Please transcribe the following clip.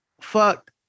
fucked